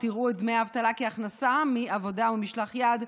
יראו את דמי האבטלה כהכנסה מעבודה ומשלח יד.